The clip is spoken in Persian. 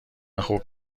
خوب